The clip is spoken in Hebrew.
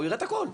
הוא יראה את הכל.